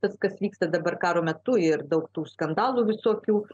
kas vyksta dabar karo metu ir daug tų skandalų visokių